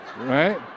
right